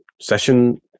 session